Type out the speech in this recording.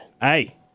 Hey